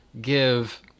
give